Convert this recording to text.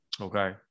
Okay